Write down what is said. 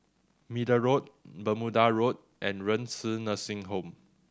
Middle Road Bermuda Road and Renci Nursing Home